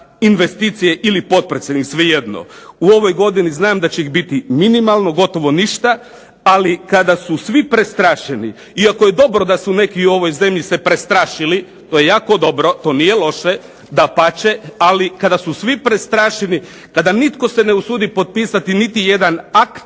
investicije ili potpredsjednik, svejedno. U ovoj godini znam da će ih biti minimalno, gotovo ništa, ali kad su svi prestrašeni, iako je dobro da su neki u ovoj zemlji se prestrašili, to je jako dobro, to nije loše dapače. Ali kada su svi prestrašeni, kada nitko se ne usudi potpisati niti jedan akt